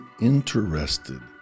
interested